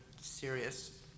serious